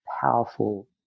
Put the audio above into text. powerful